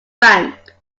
bank